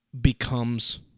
becomes